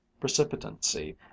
precipitancy